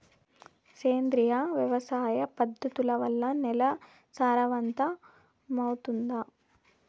సేంద్రియ వ్యవసాయ పద్ధతుల వల్ల, నేల సారవంతమౌతుందా?